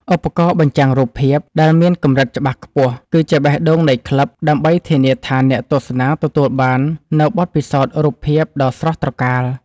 ឧបករណ៍បញ្ចាំងរូបភាព ដែលមានកម្រិតច្បាស់ខ្ពស់ គឺជាបេះដូងនៃក្លឹប ដើម្បីធានាថាអ្នកទស្សនាទទួលបាននូវបទពិសោធន៍រូបភាពដ៏ស្រស់ត្រកាល។